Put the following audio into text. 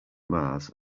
mars